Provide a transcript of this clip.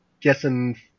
Guessing